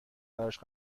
براش